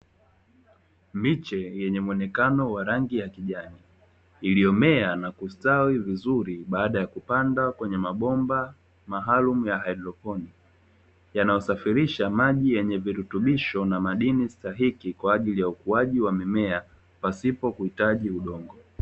Miche yenye muonekano wa rangi ya kijani, iliyomea na kustawi vizuri baada ya kupandwa kwenye mabomba maalumu ya haidroponi, yanayosafirisha maji yenye virutubisho na madini stahiki kwaajili ya ukuaji wa mimea pasipo kuhitaji udongo.